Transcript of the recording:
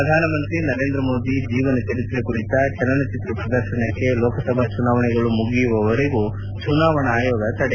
ಪ್ರಧಾನಮಂತ್ರಿ ನರೇಂದ್ರ ಮೋದಿ ಜೀವನ ಚರಿತ್ರೆ ಕುರಿತ ಚಲನಚಿತ್ರ ಪ್ರದರ್ಶನಕ್ಕೆ ಲೋಕಸಭಾ ಚುನಾವಣೆಗಳು ಮುಗಿಯುವವರಿಗೂ ಚುನಾವಣಾ ಆಯೋಗ ತಡೆ